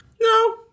No